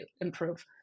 improve